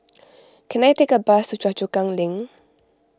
can I take a bus to Choa Chu Kang Link